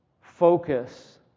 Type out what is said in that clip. focus